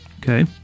Okay